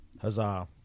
Huzzah